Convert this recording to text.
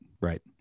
right